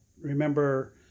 remember